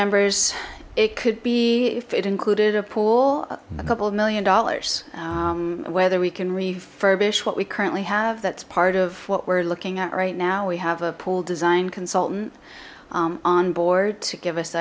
members it could be if it included a pool a couple of million dollars whether we can refurbish what we currently have that's part of what we're looking at right now we have a pool design consultant on board to give us